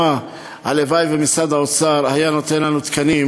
הלוואי שמשרד האוצר היה נותן לנו תקנים